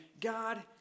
God